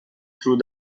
through